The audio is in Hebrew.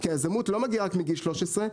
כי יזמות לא מגיעה רק מגיל 13,